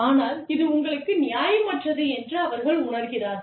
ஆனால் இது தங்களுக்கு நியாயமற்றது என்று அவர்கள் உணர்கிறார்கள்